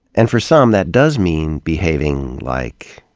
and for some, that does mean behaving like,